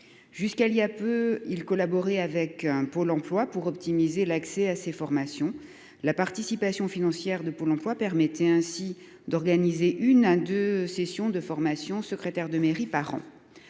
Jusqu'à récemment, il collaborait avec Pôle emploi pour améliorer l'accès à ces formations. La participation financière de Pôle emploi permettait ainsi d'organiser une à deux sessions de formation de secrétaire de mairie par an.